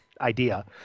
idea